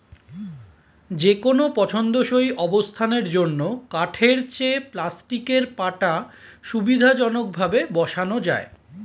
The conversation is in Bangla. যেকোনো পছন্দসই অবস্থানের জন্য কাঠের চেয়ে প্লাস্টিকের পাটা সুবিধাজনকভাবে বসানো যায়